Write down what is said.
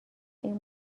این